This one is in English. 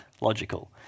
logical